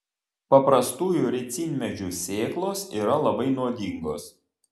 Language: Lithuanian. paprastųjų ricinmedžių sėklos yra labai nuodingos